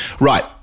Right